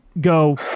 go